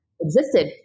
existed